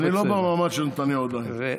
כן, אבל אני עדיין לא ברמה של נתניהו, מה לעשות.